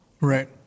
Right